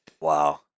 wow